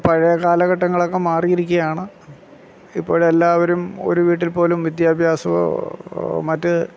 പഴയ കാലഘട്ടങ്ങളൊക്കെ മാറിയിരിക്കുകയാണ് ഇപ്പം എല്ലാവരും ഒരു വീട്ടിൽ പോലും വിദ്യാഭ്യാസമോ മറ്റ്